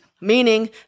meaning